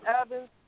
Evans